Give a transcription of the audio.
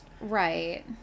Right